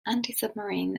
antisubmarine